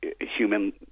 human